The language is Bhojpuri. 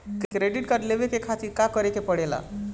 क्रेडिट कार्ड लेवे के खातिर का करेके पड़ेला?